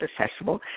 accessible